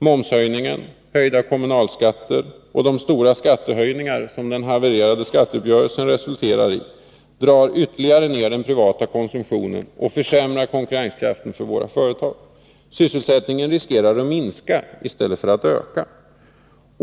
Momshöjningen, höjda kommunalskatter och de stora skattehöjningar som den havererade skatteuppgörelsen resulterar i drar ner den privata konsumtionen och försämrar konkurrenskraften för våra företag. Sysselsättningen riskerar att minska i stället för att öka.